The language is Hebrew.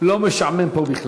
לא משעמם פה.